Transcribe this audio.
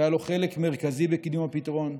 שהיה לו חלק מרכזי בקידום הפתרון,